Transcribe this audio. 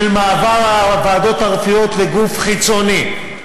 של מעבר הוועדות הרפואיות לגוף חיצוני,